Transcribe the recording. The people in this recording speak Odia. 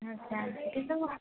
ଆଛା କିନ୍ତୁ